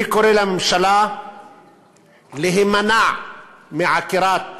אני קורא לממשלה להימנע מעקירת